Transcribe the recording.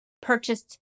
purchased